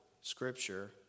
Scripture